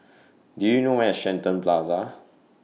Do YOU know Where IS Shenton Plaza